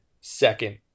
second